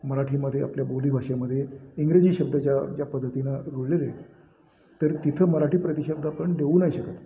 मराठीमध्ये आपल्या बोलीभाषेमध्ये इंग्रजी शब्दाच्या ज्या पद्धतीनं रूळलेले आहेत तर तिथं मराठी प्रतिशब्द आपण देऊ नाही शकत